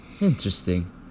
Interesting